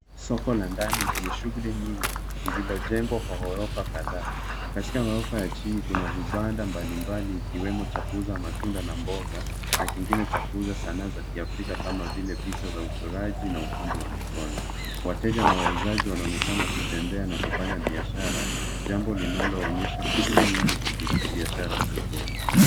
Soko la ndani lenye shughuli nyingi lililojengwa kwa ghorofa kadhaa. Katika ghorofa ya chini kuna vibanda mbali mbali ikiwemo cha kuuza matunda na mboga, na kingine cha kuuza sanaa za kiafrika kama vile picha za uchoraji na ufundi wa mikono. Wateja na wauzaji wanaonekana wakitembea na kufanya biashara, jambo linalo onyesha shughuli nyingi za kibiashara.